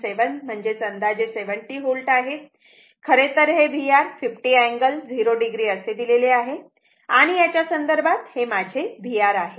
7 म्हणजेच अंदाजे 70 V आहे खरेतर हे VR50 अँगल 0 o असे दिलेले आहे आणि याच्या संदर्भात हे माझे VR आहे